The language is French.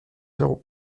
euros